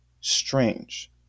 strange